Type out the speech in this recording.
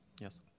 Yes